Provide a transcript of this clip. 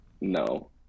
No